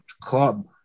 club